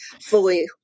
fully